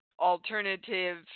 alternative